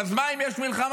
אז מה אם יש מלחמה?